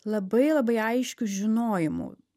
labai labai aiškiu žinojimu